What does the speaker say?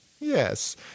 yes